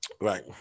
Right